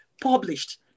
published